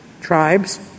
tribes